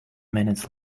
minutes